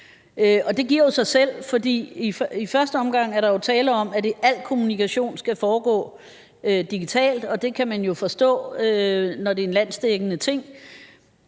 det giver sig selv, fordi der i første omgang jo er tale om, at al kommunikation skal foregå digitalt, og det kan man jo forstå, når det er en landsdækkende ting.